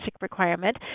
requirement